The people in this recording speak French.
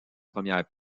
premières